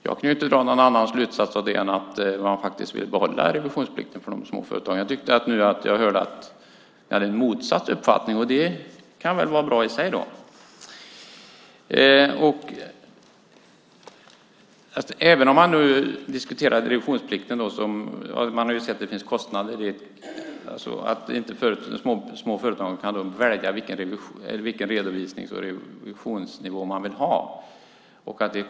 Jag kan inte dra någon annan slutsats av det än att man faktiskt vill behålla revisionsplikten för de små företagen. Jag tyckte mig nu höra att ni har en motsatt uppfattning. Det kan väl vara bra. Man diskuterar nu revisionsplikten - det finns kostnader - och att de små företagen inte kan välja vilken revisionsnivå de vill ha.